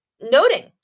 noting